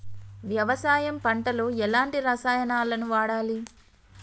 వ్యవసాయం పంట లో ఎలాంటి రసాయనాలను వాడాలి?